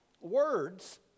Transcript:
Words